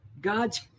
God's